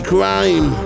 Crime